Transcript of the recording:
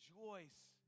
rejoice